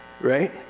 right